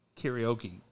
karaoke